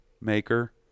maker